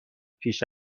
پیش